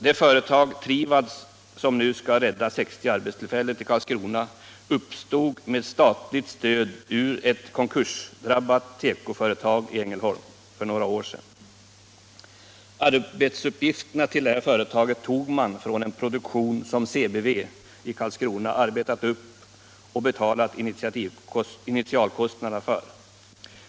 Det företag, Trivab, som nu skall rädda 60 arbetstillfällen till Karlskrona uppstod med statligt stöd ur ett konkursdrabbat tekoföretag i Ängelholm för några år sedan. Arbetsuppgifterna till det företag tog man från den produktion som CBV i Karlskrona arbetat upp och betalat initialkostnaderna för.